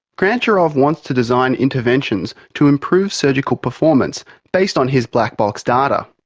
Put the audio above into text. grantcharov wants to design interventions to improve surgical performance based on his black box data.